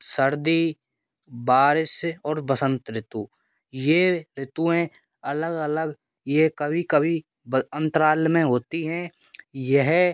सर्दी बारिश और बसंत ऋतु यह ऋतुएँ अलग अलग यह कभी कभी अंतराल में होती हैं यह